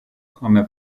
come